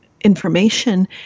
information